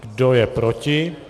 Kdo je proti?